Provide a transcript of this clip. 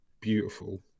beautiful